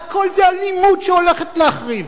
הכול זה אלימות שהולכת להחריב.